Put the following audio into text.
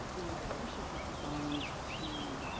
the partnership was designed to